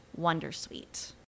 Wondersuite